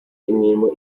imirimo